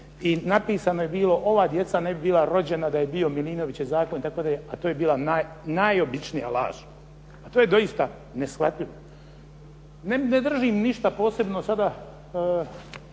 i napisano je bilo „Ova djeca ne bi bila rođena da je bio Milinovićev zakon“. To je bila najobičnija laž. To je doista neshvatljivo. Ne izdvajam nas da